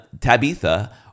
Tabitha